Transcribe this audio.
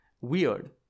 weird